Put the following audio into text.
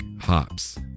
hops